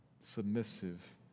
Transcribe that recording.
submissive